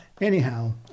anyhow